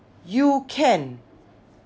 you can